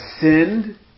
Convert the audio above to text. sinned